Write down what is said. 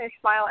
smile